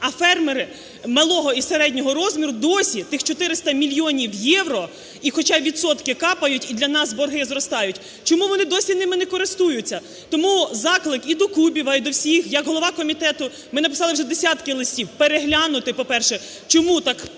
а фермери малого і середнього розміру досі тих 400 мільйонів євро і, хоча відсотки капають, і для нас борги зростають, чому вони досі ними не користуються? Тому заклик і до Кубіва, і до всіх, як голова комітету, ми написали вже десятки листів, переглянути, по-перше, чому так